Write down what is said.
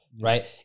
right